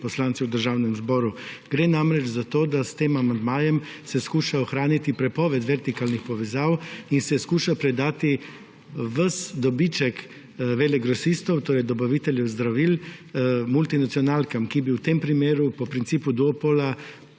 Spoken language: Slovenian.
poslanci v Državnem zboru. Gre namreč za to, da se s tem amandmajem skuša ohraniti prepoved vertikalnih povezav in predati ves dobiček velegrosistov, to je dobaviteljev zdravil, multinacionalkam, ki bi v tem primeru po principu duopola